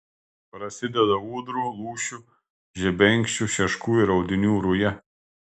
prasideda ūdrų lūšių žebenkščių šeškų ir audinių ruja